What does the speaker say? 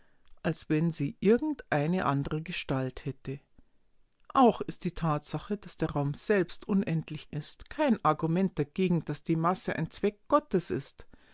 als wenn sie irgendeine andre gestalt hätte auch ist die tatsache daß der raum selbst unendlich ist kein argument dagegen daß die masse ein zweck gottes ist